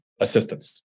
assistance